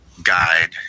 guide